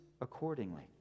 accordingly